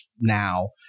now